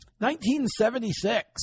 1976